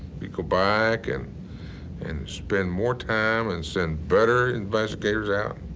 we'd go back and and spend more time, and send better investigators out,